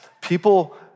people